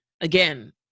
Again